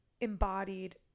embodied